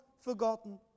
forgotten